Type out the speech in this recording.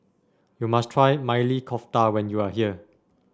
you must try Maili Kofta when you are here